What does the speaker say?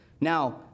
Now